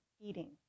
eating